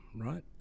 right